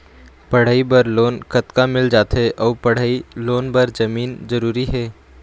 पढ़ई बर लोन कतका मिल जाथे अऊ पढ़ई लोन बर जमीन जरूरी हे?